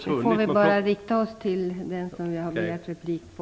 Man får bara rikta sig till den vars anförande man har begärt replik på.